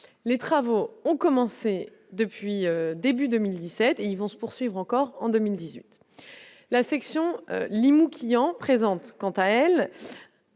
les travaux ont commencé depuis début 2017 et ils vont se poursuivre encore en 2018, la section Limoux, Quillan présente quant à elle,